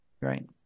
Right